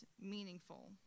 meaningful